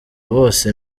bose